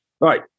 right